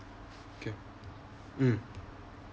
okay mm